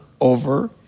over